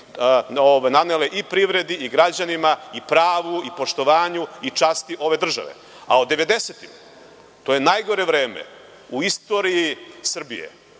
nanele i privredi, i građanima, i pravu, i poštovanju i časti ove države. Devedesete godine, to je najgore vreme u istoriji Srbije.